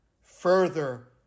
further